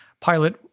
pilot